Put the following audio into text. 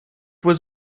was